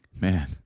Man